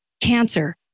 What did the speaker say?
Cancer